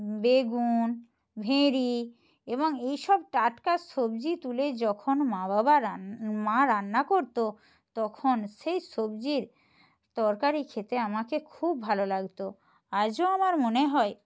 বেগুন ভেঁড়ি এবং এইসব টাটকা সবজি তুলে যখন মা বাবা রান্না মা রান্না করত তখন সেই সবজির তরকারি খেতে আমাকে খুব ভালো লাগত আজও আমার মনে হয়